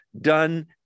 done